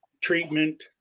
treatment